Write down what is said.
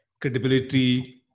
credibility